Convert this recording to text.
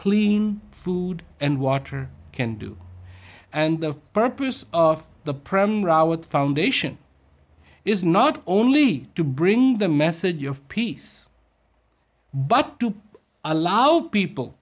clean food and water can do and the purpose of the premier our foundation is not only to bring the message of peace but to allow people